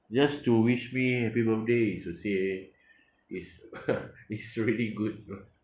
just to wish me happy birthday in sincere is is really good